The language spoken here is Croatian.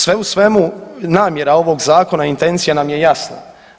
Sve u svemu namjera ovog zakona i intencija nam je jasna.